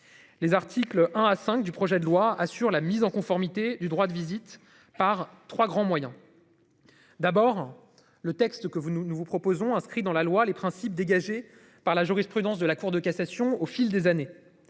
Les articles 1 à 5 du projet de loi assure la mise en conformité du droit de visite par 3 grands moyens. D'abord le texte que vous nous nous vous proposons inscrit dans la loi, les principes dégagés par la jurisprudence de la Cour de cassation au fil des années,